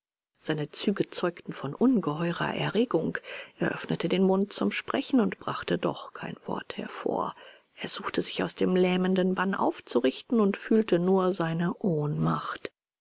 seine züge zeugten von ungeheurer erregung er öffnete den mund zum sprechen und brachte doch kein wort hervor er suchte sich aus dem lähmenden bann aufzurichten und fühlte nur seine ohnmacht